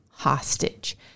hostage